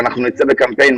מחר אנחנו נצא בקמפיין,